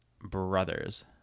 Brothers